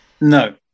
No